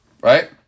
Right